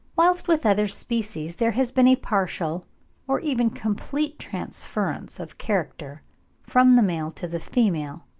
whilst with other species there has been a partial or even complete transference of character from the male to the female.